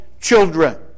children